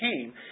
came